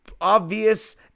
obvious